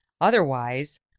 otherwise